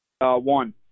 One